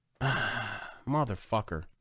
Motherfucker